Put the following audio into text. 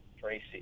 Tracy